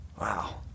Wow